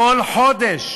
כל חודש